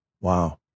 Wow